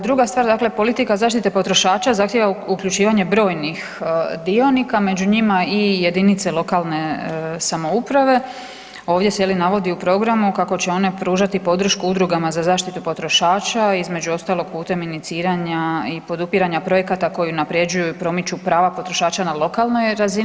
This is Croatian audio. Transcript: Druga stvar, dakle, politika zaštite potrošača zahtjeva uključivanje brojnih dionika, među njima i jedinice lokalne samouprave, ovdje se, je li, navodi u programu kako će one pružati podršku udrugama za zaštitu potrošača, između ostalog putem iniciranja i podupiranja projekata koji unaprjeđuju i promiču prava potrošača na lokalnoj razini.